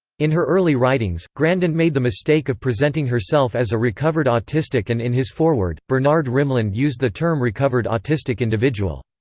in her early writings, grandin made the mistake of presenting herself as a recovered autistic and in his foreword, bernard rimland used the term recovered autistic individual.